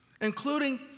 including